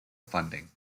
funding